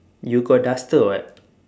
you got duster what